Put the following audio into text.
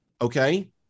okay